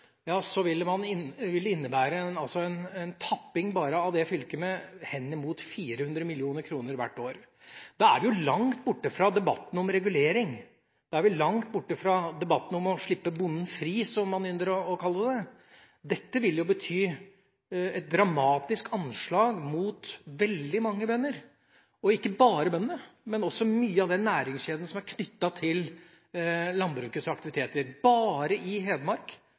innebære en tapping med henimot 400 mill. kr hvert år. Da er man langt borte fra debatten om regulering, da er vi langt borte fra debatten om å slippe bonden fri, som man ynder å kalle det. Dette vil bety et dramatisk anslag mot veldig mange bønder – og ikke bare bønder, men også mye av den næringskjeden som er knyttet til landbrukets aktiviteter. Bare i Hedmark